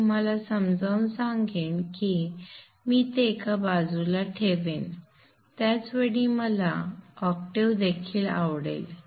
मी तुम्हाला समजावून सांगेन की मी ते एका बाजूला ठेवेन त्याच वेळी मला ऑक्टेव्ह देखील आवडेल